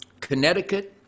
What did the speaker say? Connecticut